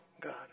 God